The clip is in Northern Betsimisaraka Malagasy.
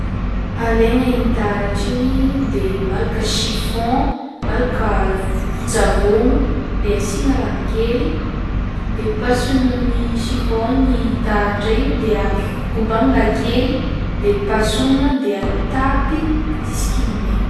Alaigna igny taratra igny de malaka chiffon, malaka vovon-tsavôgno de asiagna ranokely de pasohigna amin'ny chiffon igny i taratra io de avy kobagnina kely de pasohina de atapy juska izy maigna.